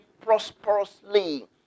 prosperously